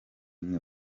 mwe